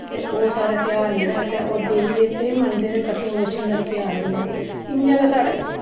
ते ओह् साढ़े तेहार जेह्ड़ा असें ओह् देवी देवते बी मनदे ते कट्टुएं बच्छुएं दा बी तेहार होंदा इ'यां गै साढ़ै